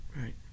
Right